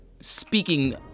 speaking